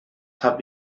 habe